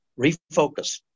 refocus